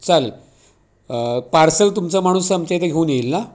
चालेल पार्सल तुमचा माणूस आमच्या इथे घेऊन येईल ना